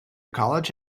college